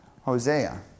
Hosea